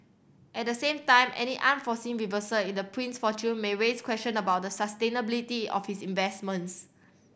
at the same time any unforeseen reversal in the prince's fortune may raise question about the sustainability of his investments